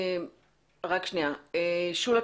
נמצאת אתנו שולה